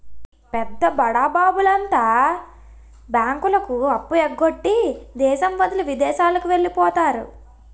పెద్ద బడాబాబుల అంతా బ్యాంకులకు అప్పు ఎగ్గొట్టి దేశం వదిలి విదేశాలకు వెళ్లిపోతారు